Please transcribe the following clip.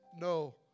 no